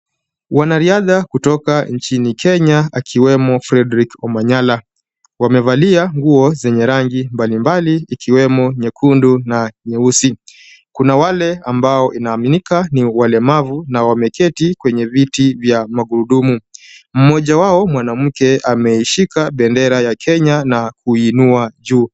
Wanariadha kutoka nchini kenya akiwemo Fredrick Omanyala wamevalia nguo zenye rangi mbali mbali ikiwemo nyekundu na nyeusi. Kuna wale ambao inaaminika ni walemavu na wameketi kwenye viti vya magurudumu. Mmoja wao mwanamke ameishika bendera ya kenya na kuinua juu.